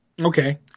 Okay